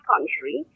country